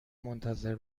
منتظر